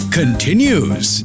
continues